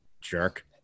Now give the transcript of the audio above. Jerk